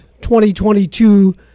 2022